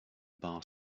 bar